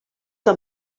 que